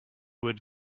would